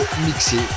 mixé